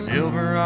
Silver